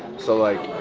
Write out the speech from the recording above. so, like,